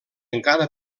encara